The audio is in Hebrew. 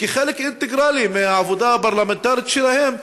כחלק אינטגרלי מהעבודה הפרלמנטרית שלהם,